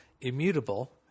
immutable